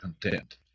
content